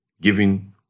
giving